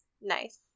Nice